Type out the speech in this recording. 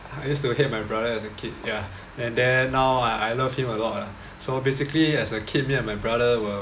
I used to hate my brother as a kid ya and then now I I love him a lot lah so basically as a kid me and my brother were